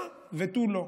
הא ותו לא.